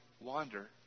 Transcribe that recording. wander